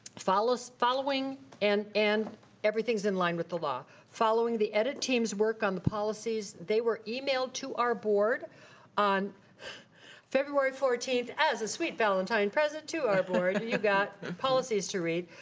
following following and and everything's in line with the law. following the edit team's work on the policies, they were emailed to our board on february fourteenth, as a sweet valentine present to our board, you got policies to read,